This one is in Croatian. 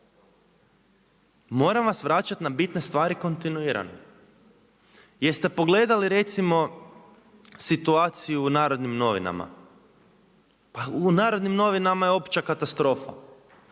Moram vas vraćati na bitne stvari kontinuirano. Jeste pogledali recimo situaciju u Narodnim novinama? Pa u N.N. je opća katastrofa.